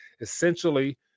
essentially